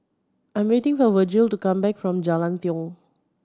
I'm waiting for Vergil to come back from Jalan Tiong